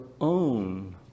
own